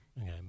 Okay